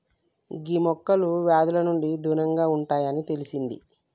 గీ మొక్కలు వ్యాధుల నుండి దూరంగా ఉంటాయి అని తెలిసింది